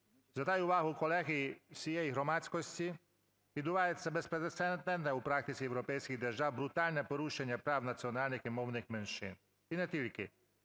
Звертаю увагу колег і всієї громадськості: відбувається безпрецедентне у практиці європейських держав брутальне порушення прав національних і мовних меншин, і не тільки.